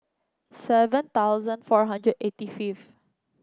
seven thousand four hundred eighty fifth